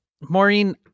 Maureen